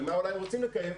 ומה אולי הם רוצים לקיים,